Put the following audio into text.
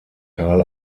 carl